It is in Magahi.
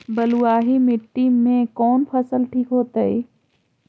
बलुआही मिट्टी में कौन फसल ठिक होतइ?